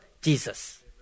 Jesus